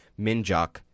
Minjok